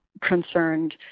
concerned